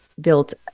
built